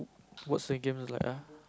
what's the game is like ah